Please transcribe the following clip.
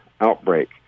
outbreak